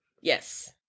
Yes